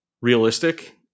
realistic